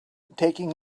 taking